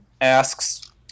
asks